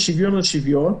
על שוויון,